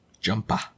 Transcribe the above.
Jumper